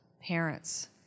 parents